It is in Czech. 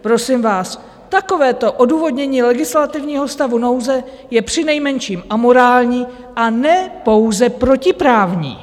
Prosím vás, takovéto odůvodnění legislativního stavu nouze je přinejmenším amorální, a ne pouze protiprávní.